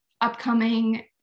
upcoming